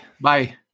Bye